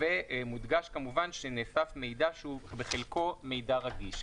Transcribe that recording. ומודגש כמובן שנאסף מידע שהוא בחלקו מידע רגיש.